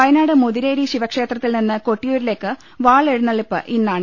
വയ നാട് മുതിരേരി ശിവക്ഷേത്രത്തിൽ നിന്ന് കൊട്ടിയൂരിലേക്ക് വാൾ എഴുന്നള്ളിപ്പ് ഇന്നാണ്